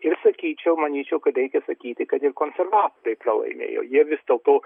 ir sakyčiau manyčiau kad reikia sakyti kad ir konservatoriai pralaimėjo jie vis dėlto